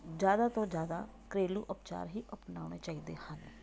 ਜ਼ਿਆਦਾ ਤੋਂ ਜ਼ਿਆਦਾ ਘਰੇਲੂ ਉਪਚਾਰ ਹੀ ਅਪਣਾਉਣੇ ਚਾਹੀਦੇ ਹਨ